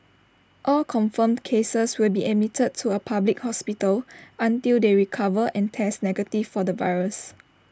all confirmed cases will be admitted to A public hospital until they recover and test negative for the virus